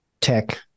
tech